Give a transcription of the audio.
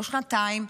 לא שנתיים,